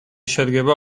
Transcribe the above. შედგება